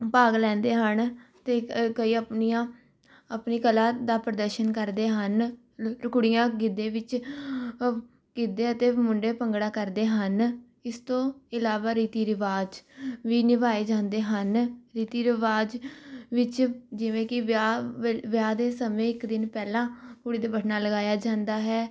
ਭਾਗ ਲੈਂਦੇ ਹਨ ਅਤੇ ਕਈ ਆਪਣੀਆਂ ਆਪਣੀ ਕਲਾ ਦਾ ਪ੍ਰਦਰਸ਼ਨ ਕਰਦੇ ਹਨ ਨ ਕੁੜੀਆਂ ਗਿੱਧੇ ਵਿੱਚ ਗਿੱਧੇ ਅਤੇ ਮੁੰਡੇ ਭੰਗੜਾ ਕਰਦੇ ਹਨ ਇਸ ਤੋਂ ਇਲਾਵਾ ਰੀਤੀ ਰਿਵਾਜ ਵੀ ਨਿਭਾਏ ਜਾਂਦੇ ਹਨ ਰੀਤੀ ਰਿਵਾਜ ਵਿੱਚ ਜਿਵੇਂ ਕਿ ਵਿਆਹ ਵ ਵਿਆਹ ਦੇ ਸਮੇਂ ਇੱਕ ਦਿਨ ਪਹਿਲਾਂ ਕੁੜੀ ਦੇ ਵਟਣਾ ਲਗਾਇਆ ਜਾਂਦਾ ਹੈ